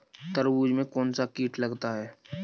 तरबूज में कौनसा कीट लगता है?